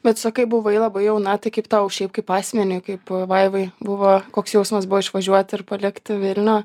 bet sakai buvai labai jauna tai kaip tau šiaip kaip asmeniui kaip vaivai buvo koks jausmas buvo išvažiuot ir palikt vilnių